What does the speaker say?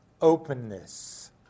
openness